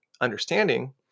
understanding